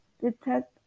detect